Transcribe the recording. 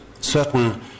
certain